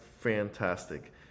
Fantastic